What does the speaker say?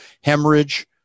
hemorrhage